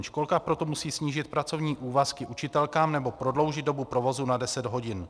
Školka proto musí snížit pracovní úvazky učitelkám nebo prodloužit dobu provozu na deset hodin.